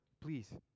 please